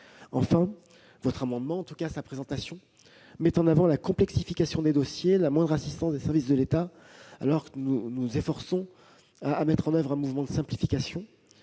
Enfin, votre amendement- en tout cas, sa présentation -met en avant la complexification des dossiers et la moindre assistance des services de l'État, alors que nous nous efforçons de mettre en oeuvre un mouvement de simplification.